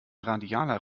radialer